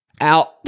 Out